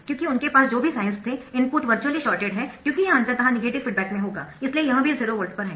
क्योंकि उनके पास जो भी साइन्स थे इनपुट वर्चुअली शॉर्टेड है क्योंकि यह अंततः नेगेटिव फीडबैक में होगा इसलिए यह भी 0 वोल्ट पर है